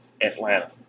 Atlanta